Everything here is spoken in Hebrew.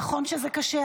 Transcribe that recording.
נכון שזה קשה,